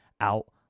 out